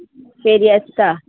फेरी आसता